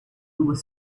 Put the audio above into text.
with